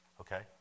Okay